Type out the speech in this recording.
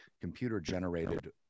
computer-generated